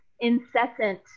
incessant